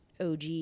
OG